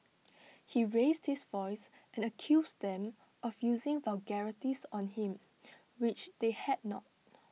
he raised his voice and accused them of using vulgarities on him which they had not